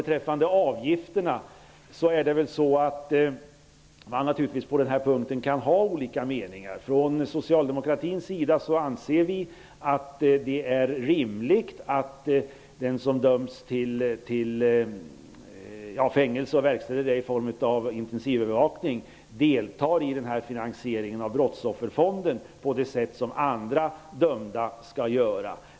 Om avgifterna kan man naturligtvis ha olika meningar. Vi socialdemokrater anser att det är rimligt att den som döms till fängelse och verkställer straffet i form av intensivövervakning deltar i finansieringen av brottsofferfonden på det sätt som andra dömda skall göra.